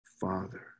Father